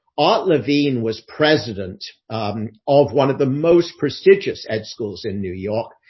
art levine was president of one of the most prestigious at schools in new york,